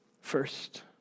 first